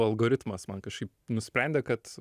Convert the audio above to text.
algoritmas man kažkaip nusprendė kad